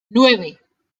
nueve